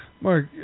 Mark